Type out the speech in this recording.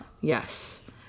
yes